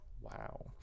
Wow